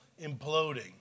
imploding